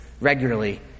regularly